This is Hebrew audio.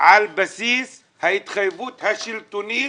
על בסיס ההתחייבות השלטונית